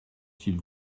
s’il